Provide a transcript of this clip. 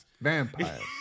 vampires